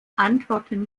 antworten